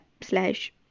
slash